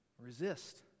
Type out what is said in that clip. Resist